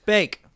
Bake